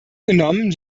genommen